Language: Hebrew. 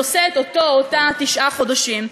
נושאת אותו או אותה תשעה חודשים.